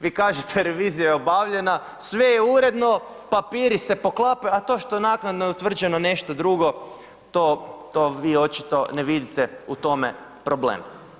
Vi kažete, revizija je obavljena, sve je uredno, papiri se pokapaju, a to što naknadno je utvrđeno nešto drugo, to vi očito ne vidite u tome problem.